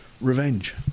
revenge